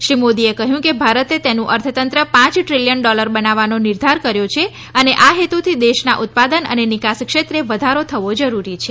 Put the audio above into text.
શ્રી મોદીએ કહ્યું કે ભારતે તેનું અર્થતંત્ર પાંચ દ્રિલિયન ડોલર બનાવવાનો નિર્ધાર કર્યો છે અને આ હેતુથી દેશના ઉત્પાદન અને નિકાસ ક્ષેત્રે વધારો થવો જરૂરી છે